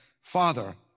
Father